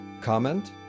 comment